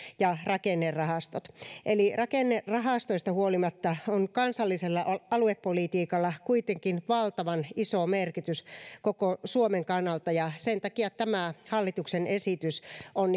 ja rakennerahastot eli rakennerahastoista huolimatta on kansallisella aluepolitiikalla kuitenkin valtavan iso merkitys koko suomen kannalta ja sen takia tämä hallituksen esitys on